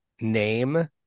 name